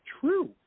true